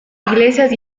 iglesias